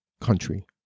country